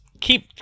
keep